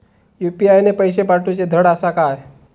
UPI ने पैशे पाठवूचे धड आसा काय?